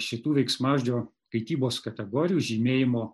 šitų veiksmažodžių kaitybos kategorijų žymėjimo